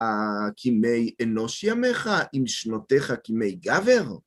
כמי אנוש ימיך עם שנותיך כמי גבר?